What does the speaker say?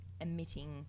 emitting